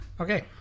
Okay